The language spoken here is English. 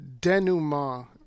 denouement